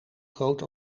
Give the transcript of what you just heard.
groot